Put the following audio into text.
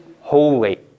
holy